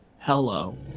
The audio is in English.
hello